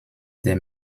der